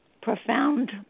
profound